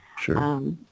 Sure